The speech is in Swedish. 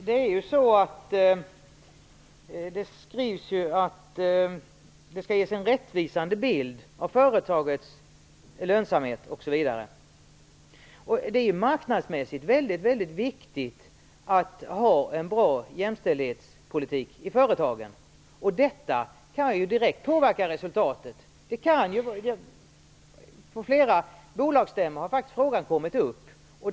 Herr talman! Det skrivs ju att det skall ges en rättvisande bild av företagets lönsamhet osv. Det är ju marknadsmässigt mycket viktigt att ha en bra jämställdhetspolitik i företagen. Detta kan ju direkt påverka resultatet. Frågan har faktiskt kommit upp på flera bolagsstämmor.